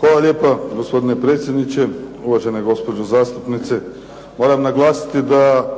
Hvala lijepa, gospodine predsjedniče. Uvažena gospođo zastupnice, moram naglasiti da